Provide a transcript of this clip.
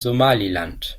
somaliland